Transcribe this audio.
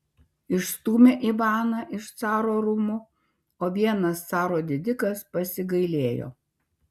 išstūmė ivaną iš caro rūmų o vienas caro didikas pasigailėjo